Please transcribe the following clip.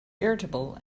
irritable